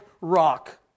rock